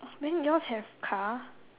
then yours have car